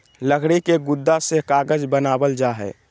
लकड़ी के गुदा से कागज बनावल जा हय